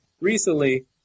recently